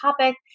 topic